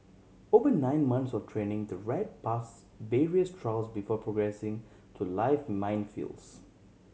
over nine months of training the rat pass various trials before progressing to live minefields